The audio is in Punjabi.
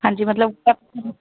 ਹਾਂਜੀ ਮਤਲਬ